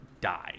die